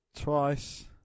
Twice